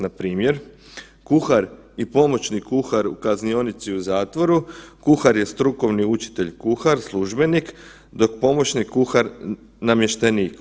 Npr. kuhar i pomoćni kuhar u kaznionici u zatvoru, kuhar je strukovni učitelj, kuhar, službenik, dok pomoćni kuhar namještenik.